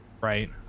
right